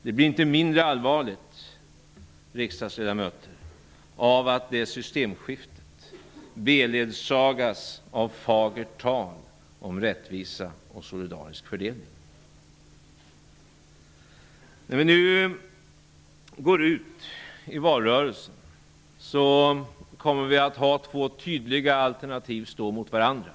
Det blir inte mindre allvarligt, riksdagsledamöter, av att det systemskiftet beledsagas av fagert tal om rättvisa och solidarisk fördelning. När vi nu går ut i valrörelsen kommer två tydliga alternativ att stå mot varandra.